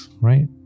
right